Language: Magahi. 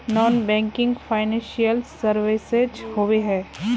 नॉन बैंकिंग फाइनेंशियल सर्विसेज होबे है?